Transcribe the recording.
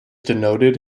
denoted